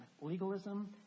Legalism